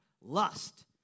lust